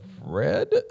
red